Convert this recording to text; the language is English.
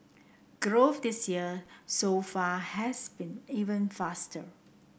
growth this year so far has been even faster